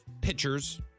pitchers